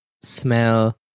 smell